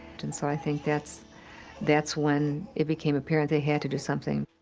and so, i think, that's that's when it became apparent they had to do something.